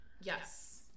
Yes